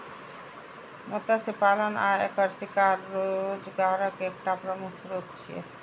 मत्स्य पालन आ एकर शिकार रोजगारक एकटा प्रमुख स्रोत छियै